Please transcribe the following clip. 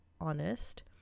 honest